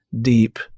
deep